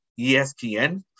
ESPN